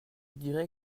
dirai